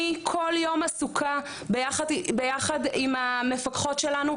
אני כל יום עסוקה ביחד עם המפקחות שלנו,